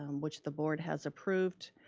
um which the board has approved.